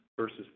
versus